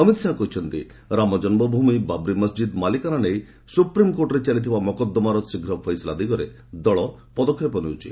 ଅମିତ୍ ଶାହା କହିଛନ୍ତି ରାମ ଜନ୍ମଭ୍ରମି ବାବ୍ରି ମସ୍ଜିଦ୍ ମାଲିକାନା ନେଇ ସୁପ୍ରିମ୍କୋର୍ଟରେ ଚାଲିଥିବା ମୋକଦ୍ଦମାର ଶୀଘ୍ର ଫଏସଲା ଦିଗରେ ଦଳ ପଦକ୍ଷେପ ନେଉଛି